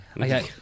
Okay